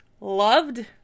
Loved